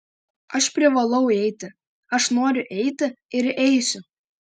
aš privalau eiti aš noriu eiti ir eisiu